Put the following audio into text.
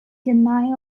denial